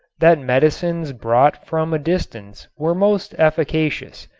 that medicines brought from a distance were most efficacious,